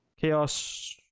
Chaos